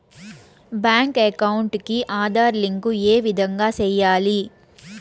Bank account కి Aadhaar link ఏ విధంగా సెయ్యాలి?